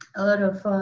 a lot of